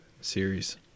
series